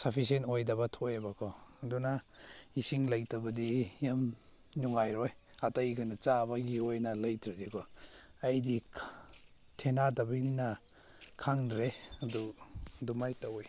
sufficient ꯑꯣꯏꯗꯕ ꯊꯣꯛꯑꯦꯕꯀꯣ ꯑꯗꯨꯅ ꯏꯁꯤꯡ ꯂꯩꯇꯕꯗꯤ ꯌꯥꯝ ꯅꯨꯡꯉꯥꯏꯔꯣꯏ ꯑꯇꯩ ꯀꯩꯅꯣ ꯆꯥꯕꯒꯤ ꯑꯣꯏꯅ ꯂꯩꯇ꯭ꯔꯗꯤꯀꯣ ꯑꯩꯗꯤ ꯊꯦꯡꯅꯗꯕꯅꯤꯅ ꯈꯪꯗ꯭ꯔꯦ ꯑꯗꯨ ꯑꯗꯨꯃꯥꯏ ꯇꯧꯏ